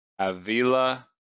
Avila